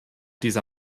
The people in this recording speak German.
dieser